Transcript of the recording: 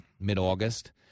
mid-August